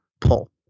pull